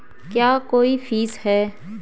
क्या कोई फीस है?